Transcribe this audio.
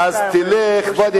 אל תתבלבל